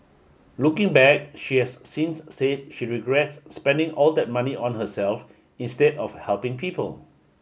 looking back she has since said she regrets spending all that money on herself instead of helping people